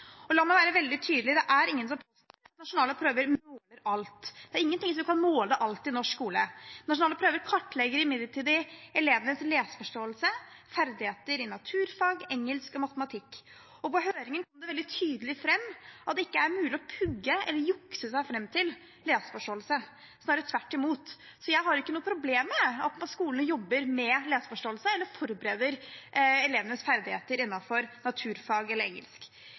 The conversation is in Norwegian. La meg være veldig tydelig: Det er ingen som påstår at nasjonale prøver måler alt. Det er ingenting som kan måle alt i norsk skole. Nasjonale prøver kartlegger imidlertid elevenes leseforståelse, ferdigheter i naturfag, engelsk og matematikk. I høringen kom det veldig tydelig fram at det ikke er mulig å pugge eller jukse seg fram til leseforståelse – snarere tvert imot. Så jeg har ikke noe problem med at skolene jobber med leseforståelse eller forbereder elevenes ferdigheter innenfor naturfag eller engelsk.